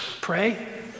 Pray